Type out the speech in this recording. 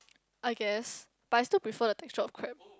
I guess but I still prefer the texture of crab